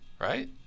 right